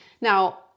Now